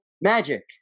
Magic